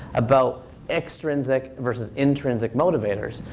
about extrinsic versus intrinsic motivators.